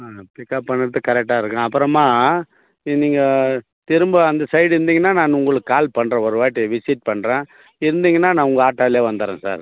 ஆ pickup பண்ணுறதுக்கு கரெக்டாக இருக்கு அப்புறமாக இது நீங்கள் திரும்ப அந்த சைடு இருந்தீங்கன்னா நான் உங்களுக்கு கால் பண்ணுறேன் ஒருவாட்டி விசிட் பண்ணுறேன் இருந்தீங்கன்னா நான் உங்கள் ஆட்டோலேயே வந்துடுறேன் சார்